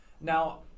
Now